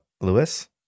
Lewis